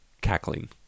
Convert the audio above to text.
Cackling